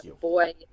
boy